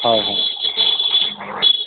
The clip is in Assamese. হয় হয়